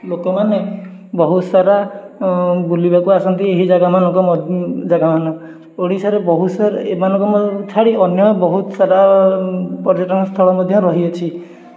ଲୋକମାନେ ବହୁତ ସାରା ବୁଲିବାକୁ ଆସନ୍ତି ଏହି ଯାଗାମାନଙ୍କ ଯାଗା ମାନ ଓଡ଼ିଶାରେ ବହୁତ ସାରା ଏମାନଙ୍କୁ ଛାଡ଼ି ଅନ୍ୟ ବହୁତ ସାରା ପର୍ଯ୍ୟଟନ ସ୍ଥଳ ମଧ୍ୟ ରହିଅଛି